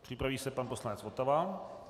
Připraví se pan poslanec Votava.